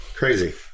Crazy